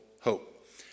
hope